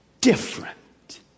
different